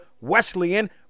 Wesleyan